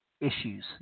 issues